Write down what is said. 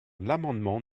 l’amendement